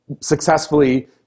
successfully